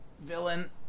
villain